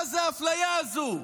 מה זה האפליה הזו?